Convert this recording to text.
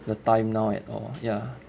the time now at all ya